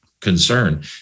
concern